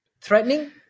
threatening